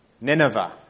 Nineveh